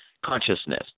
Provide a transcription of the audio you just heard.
consciousness